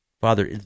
Father